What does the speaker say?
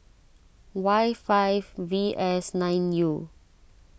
Y five V S nine U